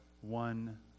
one